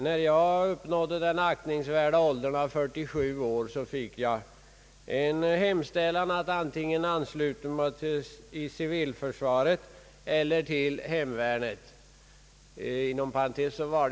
När jag uppnådde den aktningsvärda åldern av 47 år, fick jag en uppmaning att ansluta mig antingen till civilförsvaret eller till hemvärnet.